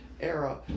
era